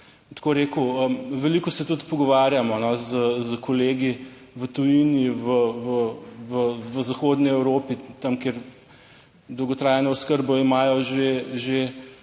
tako rekel, veliko se tudi pogovarjamo s kolegi v tujini, v zahodni Evropi, tam, kjer dolgotrajno oskrbo imajo že